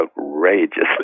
outrageously